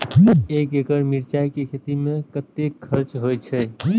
एक एकड़ मिरचाय के खेती में कतेक खर्च होय छै?